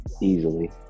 easily